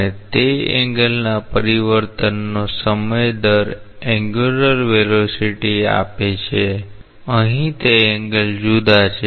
અને તે એંગલના પરિવર્તનનો સમય દર એન્ગ્યુલર વેલોસીટી આપે છે અહીં તે એંગલ જુદા છે